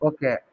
Okay